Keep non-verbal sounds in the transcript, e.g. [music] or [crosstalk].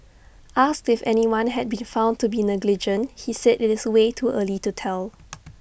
asked if anyone had been found to be negligent he said IT is way too early to tell [noise]